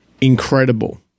Incredible